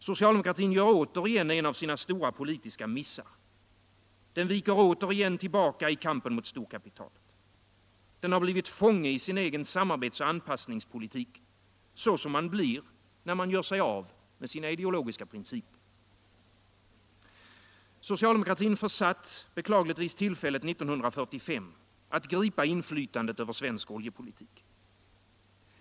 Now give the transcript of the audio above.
Socialdemokratin gör återigen en av sina stora politiska missar. Den viker återigen tillbaka i kampen mot storkapitalet. Den har blivit fånge i sin egen samarbetsoch anpassningspolitik — så som man blir, när man gör sig av med sina ideologiska principer. Socialdemokratin försatt tillfället 1945 att gripa inflytandet över svensk oljepolitik.